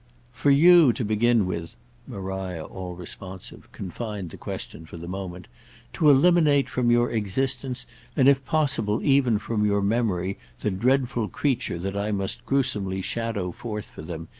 for you, to begin with maria, all responsive, confined the question for the moment to eliminate from your existence and if possible even from your memory the dreadful creature that i must gruesomely shadow forth for them,